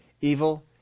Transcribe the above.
evil